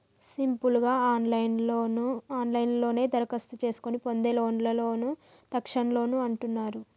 simple గా ఆన్లైన్లోనే దరఖాస్తు చేసుకొని పొందే లోన్లను తక్షణలోన్లు అంటున్నరు